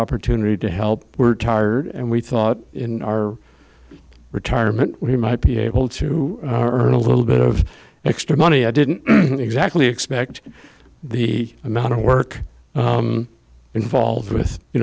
opportunity to help we're tired and we thought in our retirement we might be able to earn a little bit of extra money i didn't exactly expect the amount of work involved with you